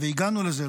הגענו לזה,